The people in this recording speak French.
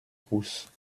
pousses